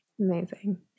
Amazing